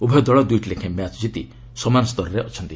ଉଭୟ ଦଳ ଦୁଇଟି ଲେଖାଏଁ ମ୍ୟାଚ୍ ଜିତି ସମାନ ସ୍ତରରେ ଅଛନ୍ତି